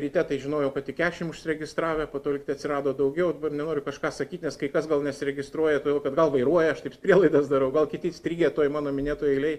ryte tai žinojau kad tik kešim užsiregistravę po to lygtai atsirado daugiau dabar nenoriu kažką sakyt nes kai kas gal nesiregistruoja todėl kad gal vairuoja aš taip prielaidas darau gal kiti įstrigę toj mano minėtoj eilėj